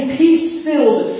peace-filled